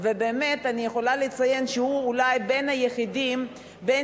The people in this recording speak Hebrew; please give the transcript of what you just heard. אני יכולה לציין שאולי הוא מהיחידים בין